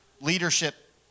leadership